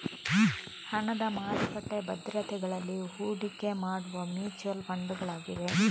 ಹಣದ ಮಾರುಕಟ್ಟೆ ಭದ್ರತೆಗಳಲ್ಲಿ ಹೂಡಿಕೆ ಮಾಡುವ ಮ್ಯೂಚುಯಲ್ ಫಂಡುಗಳಾಗಿವೆ